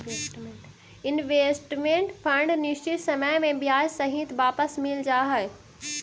investment fund निश्चित समय में ब्याज सहित वापस मिल जा हई